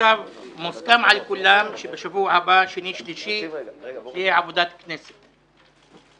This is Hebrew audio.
מוסכם על כולם שבימי שני ושלישי הבאים תהיה עבודת כנסת.